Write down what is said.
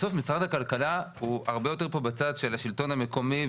בסוף משרד הכלכלה הוא הרבה יותר פה בצד של השלטון המקומי,